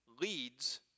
leads